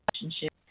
relationship